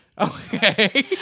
Okay